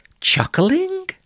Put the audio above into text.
chuckling